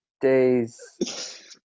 days